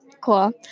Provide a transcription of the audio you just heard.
cool